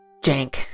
Jank